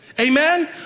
Amen